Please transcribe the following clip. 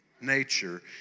nature